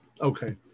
Okay